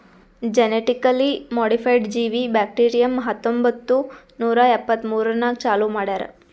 genetically modified ಜೀವಿ bacterium ಹತ್ತೊಂಬತ್ತು ನೂರಾ ಎಪ್ಪತ್ಮೂರನಾಗ್ ಚಾಲೂ ಮಾಡ್ಯಾರ್